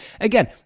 Again